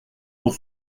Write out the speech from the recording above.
pour